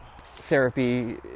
therapy